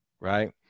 right